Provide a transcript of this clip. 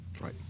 Right